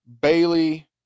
Bailey